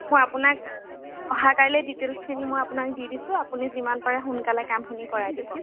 মই আপোনাক অহা কাইলে ডিটেইলছখিনি মই আপোনাক দি দিছোঁ আপুনি যিমান পাৰে সোনকালে কামখিনি কৰাই দিব